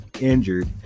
injured